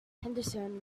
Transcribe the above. henderson